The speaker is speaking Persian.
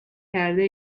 کرده